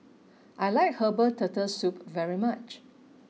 I like Herbal Turtle Soup very much